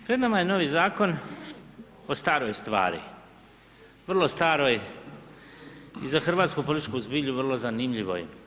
Pred nama je novi zakon o staroj stvari, vrlo staroj i za hrvatsku političku zbilju vrlo zanimljivoj.